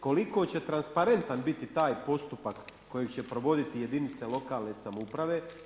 Koliko će transparentan biti taj postupak kojeg će provoditi jedinice lokalne samouprave?